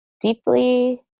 deeply